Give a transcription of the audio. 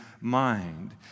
mind